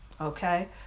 Okay